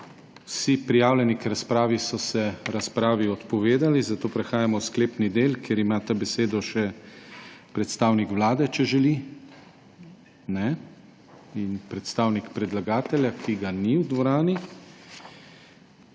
Vsi prijavljeni k razpravi so se razpravi odpovedali, zato prehajamo v sklepni del, kjer ima besedo še predstavnik Vlade, če želi. Ne. In predstavnik predlagatelja, ki ga ni v dvorani.